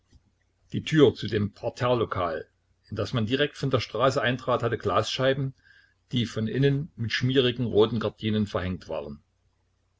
die tür zu dem parterrelokal in das man direkt von der straße eintrat hatte glasscheiben die von innen mit schmierigen roten gardinen verhängt waren